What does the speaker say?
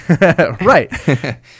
Right